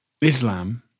Islam